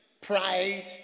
pride